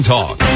Talk